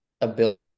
ability